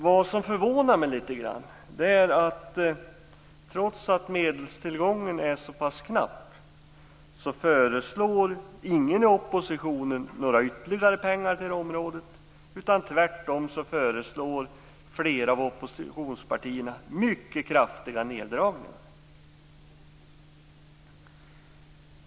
Vad som förvånar mig litet grand är att trots att medelstillgången är så knapp föreslår inte någon i oppositionen några ytterligare pengar till detta område. Tvärtom föreslår flera av oppositionspartierna mycket kraftiga neddragningar.